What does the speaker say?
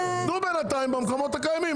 אבל בינתיים תנו במקומות הקיימים,